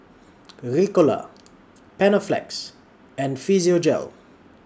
Ricola Panaflex and Physiogel